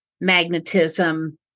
magnetism